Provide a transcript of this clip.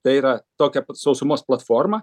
tai yra tokia pat sausumos platforma